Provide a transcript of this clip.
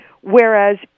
whereas